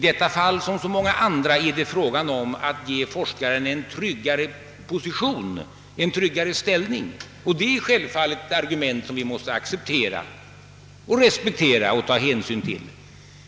I detta fall som i så många andra är det fråga om att ge forskaren en tryggare ställning, och det är självfallet ett argument som vi måste respektera och ta hänsyn till.